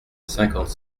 cinquante